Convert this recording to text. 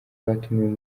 batumiwe